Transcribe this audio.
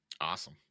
Awesome